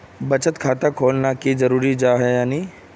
बचत खाता खोलना की जरूरी जाहा या नी?